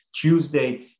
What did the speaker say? Tuesday